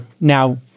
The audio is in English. now